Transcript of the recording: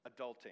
adulting